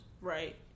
right